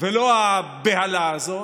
ולא הבהלה הזאת,